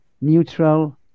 neutral